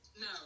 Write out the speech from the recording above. No